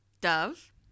Dove